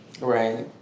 Right